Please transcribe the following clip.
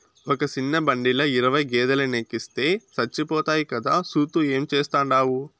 ఒక సిన్న బండిల ఇరవై గేదేలెనెక్కిస్తే సచ్చిపోతాయి కదా, సూత్తూ ఏం చేస్తాండావు